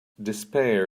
despair